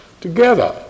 together